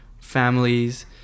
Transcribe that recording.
families